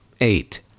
eight